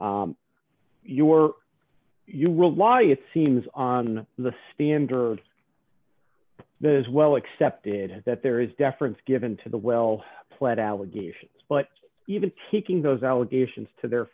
matter your you will lawyer it seems on the standard that is well accepted that there is deference given to the well pled allegations but even taking those allegations to their